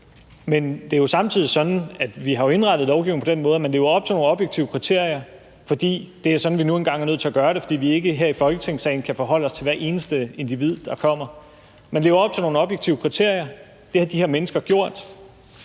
men det er samtidig sådan, at vi jo har indrettet lovgivningen på den måde, at man skal leve op til nogle objektive kriterier, fordi det er sådan, vi nu engang er nødt til at gøre det, fordi vi ikke her i Folketingssalen kan forholde os til hvert eneste individ, der kommer. Man lever op til nogle objektive kriterier. Det har de her mennesker gjort.